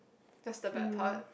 that's the bad part